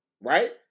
right